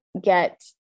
get